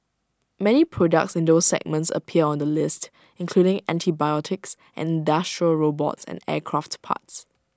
many products in those segments appear on the list including antibiotics and industrial robots and aircraft parts